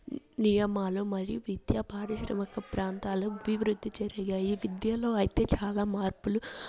నియమాలు మరియు విద్యా పారిశ్రామిక ప్రాంతాలు అభివృద్ధి జరిగాయి విద్యలో అయితే చాలా మార్పులు